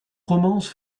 romance